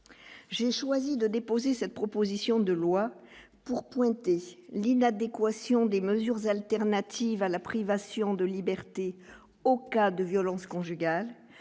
j'ai choisi de déposer cette proposition de loi pour pointer l'inadéquation des mesures alternatives à la privation de liberté au cas de violence conjugale,